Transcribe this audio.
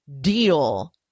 deal